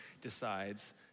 decides